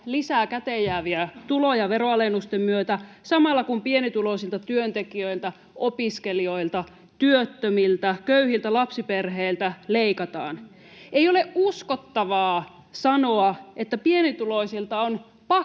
lisää käteen jääviä tuloja veroalennusten myötä samalla, kun pienituloisilta työntekijöiltä, opiskelijoilta, työttömiltä ja köyhiltä lapsiperheiltä leikataan. Ei ole uskottavaa sanoa, että pienituloisilta on